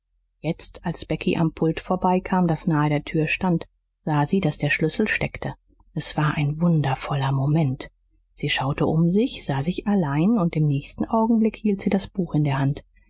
jetzt als becky am pult vorbeikam das nahe der tür stand sah sie daß der schlüssel steckte s war ein wundervoller moment sie schaute um sich sah sich allein und im nächsten augenblick hielt sie das buch in der hand